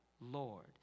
Lord